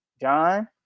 John